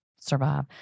survive